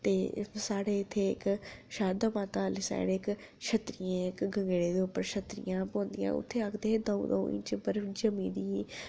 ते साढ़े इत्थै इक्क शारदा माता आह्ली साईड इक्क छतड़ियें दे गवै दे उप्पर छतड़ियां जमदियां आखदे उत्थै दौं दौं इंच पर बर्फ जम्मी दी